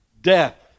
death